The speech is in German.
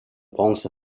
bronze